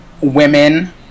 women